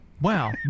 Wow